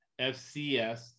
FCS